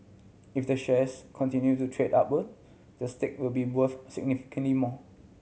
if the shares continue to trade upward the stake will be worth significantly more